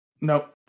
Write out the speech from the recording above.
Nope